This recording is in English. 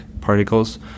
particles